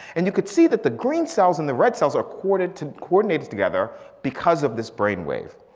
and you could see that the green cells and the red cells are coordinated coordinated together because of this brain wave.